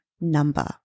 number